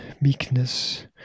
meekness